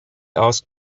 asked